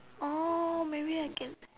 oh may be I can